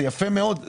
זה יפה מאוד,